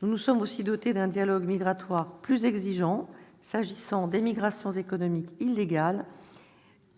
Nous avons également mis en oeuvre un dialogue migratoire plus exigeant s'agissant des migrations économiques illégales